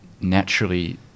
naturally